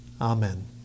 Amen